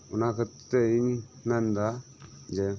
ᱚᱱᱟ ᱠᱷᱟᱛᱤᱨ ᱛᱮ ᱤᱧ ᱢᱮᱱ ᱫᱟ ᱡᱮ